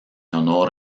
honor